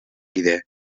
kide